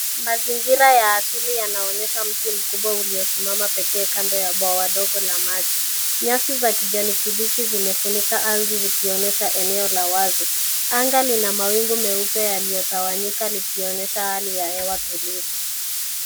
Mazingira ya asili yanaonyesha mti mkubwa uliosimama pekee kando ya bwawa dogo la maji. Nyasi za kijani kibichi zimefunika ardhi zikionyesha eneo la wazi. Anga lina mawingu meupe yaliyotawanyika likionyesha hali ya hewa tulivu.